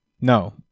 No